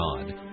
God